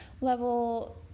level